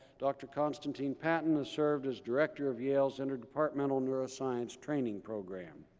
dr. constantine-paton has served as director of yale's inter-departmental neuroscience training program.